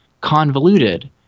convoluted